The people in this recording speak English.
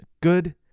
Good